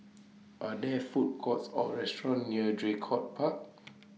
Are There Food Courts Or restaurants near Draycott Park